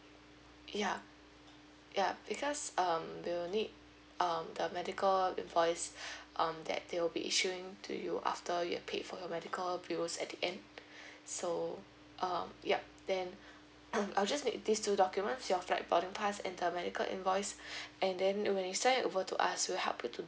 ya ya because um we would need um the medical invoice um that they'll be issuing to you after you pay for your medical bills at the end so um yup then hmm I'll just make this two documents your flight for the pass and the medical invoice and then when you send over to us to we'll help you to